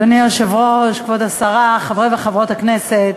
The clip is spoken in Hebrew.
אדוני היושב-ראש, כבוד השרה, חברי וחברות הכנסת,